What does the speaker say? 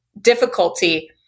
difficulty